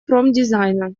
промдизайна